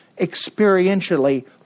experientially